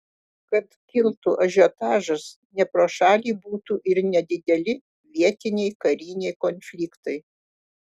kad kiltų ažiotažas ne pro šalį būtų ir nedideli vietiniai kariniai konfliktai